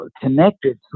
connected